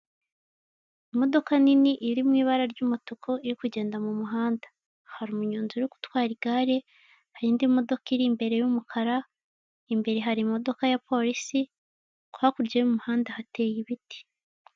Imodoka nini irimo ibara ry'umutuku iri kugenda mu muhanda, hari umunyonzi uri gutwara igare, hari indi modoka iri imbere y'umukara imbere hari imodoka ya polisi, hakurya y'umuhanda hateye ibiti.